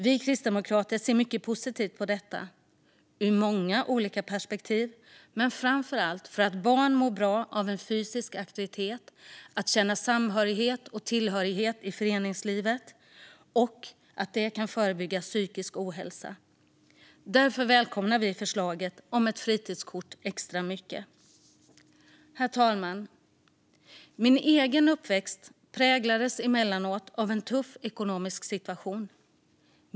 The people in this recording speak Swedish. Vi kristdemokrater ser mycket positivt på detta, ur många olika perspektiv. Barn mår bra av fysisk aktivitet och av att känna samhörighet och tillhörighet i föreningslivet. Detta kan också förebygga psykisk ohälsa. Därför välkomnar vi extra mycket förslaget om ett fritidskort. Herr talman! Min egen uppväxt präglades emellanåt av en tuff ekonomisk situation.